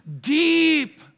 deep